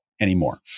anymore